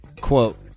Quote